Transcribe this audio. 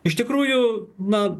iš tikrųjų na